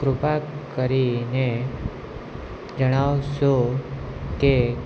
કૃપા કરીને જણાવશો કે